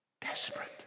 Desperate